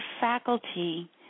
faculty